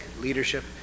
Leadership